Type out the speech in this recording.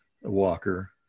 walker